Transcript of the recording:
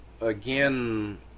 again